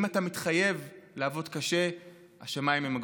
אם אתה מתחייב לעבוד קשה השמיים הם הגבול.